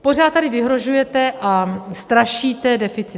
Pořád tady vyhrožujete a strašíte deficitem.